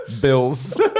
bills